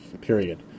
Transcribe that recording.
Period